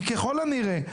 כי ככל הנראה,